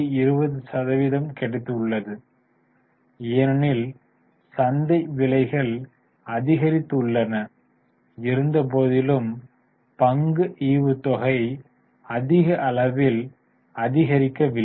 20 சதவிகிதம் கிடைத்ததுள்ளது ஏனெனில் சந்தை விலைகள் அதிகரித்துள்ளன இருந்தபோதிலும் பங்கு ஈவுத்தொகை அதிக அளவில் அதிகரிக்கவில்லை